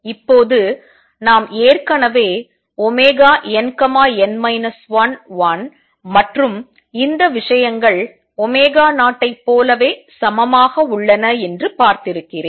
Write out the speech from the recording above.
இப்போது நாம் ஏற்கனவே nn 11 மற்றும் இந்த விஷயங்கள் 0 ஐ போலவே சமமாக உள்ளன என்று பார்த்திருக்கிறேன்